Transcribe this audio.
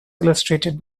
illustrated